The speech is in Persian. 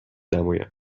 نمایم